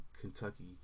Kentucky